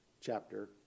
chapter